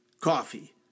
coffee